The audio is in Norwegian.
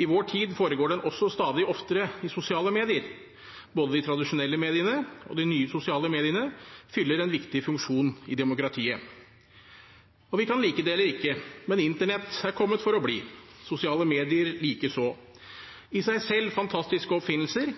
I vår tid foregår den også stadig oftere i sosiale medier. Både de tradisjonelle mediene og de nye sosiale mediene fyller en viktig funksjon i demokratiet. Vi kan like det eller ikke, men internett er kommet for å bli, sosiale medier likeså – i seg selv fantastiske oppfinnelser,